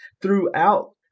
throughout